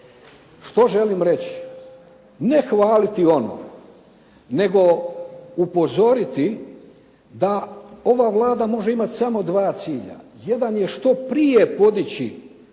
Što želim reći? Ne hvaliti ono, nego upozoriti da ova Vlada može imati samo dva cilja. Jedan je što prije podići